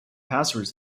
passwords